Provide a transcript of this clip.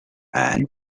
and